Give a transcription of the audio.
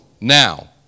now